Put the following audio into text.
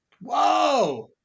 Whoa